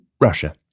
Russia